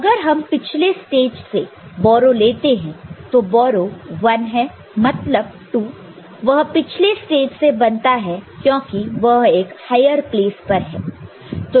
अगर हम पिछले स्टेज से बोरो लेते हैं तो बोरो 1 है मतलब 2 वह पिछले स्टेज से बनता है क्योंकि वह एक हायर प्लेस पर है